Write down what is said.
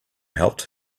helped